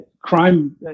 Crime